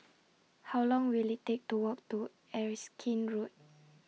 How Long Will IT Take to Walk to Erskine Road